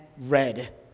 red